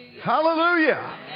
Hallelujah